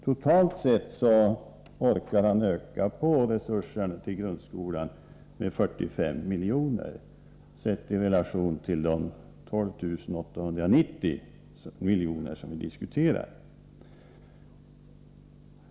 Totalt sett orkar han öka resurserna till grundskolan med 45 miljoner — sett i relation till de 12 890 miljoner som vi diskuterar.